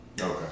Okay